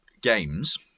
games